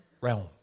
realm